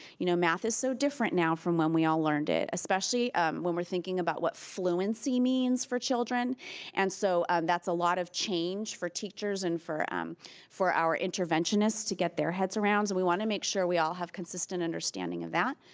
you know math is so different now from when we all learned it, especially when we're thinking about what fluency means for children and so that's a lot of change for teachers and for um for our interventionists to get their heads around. and we want to make sure that we all have consistent understanding of that.